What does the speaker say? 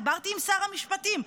דיברתי עם שר המשפטים,